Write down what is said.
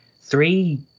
Three